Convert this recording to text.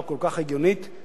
שהיתה מביאה בעיני ברכה רבה.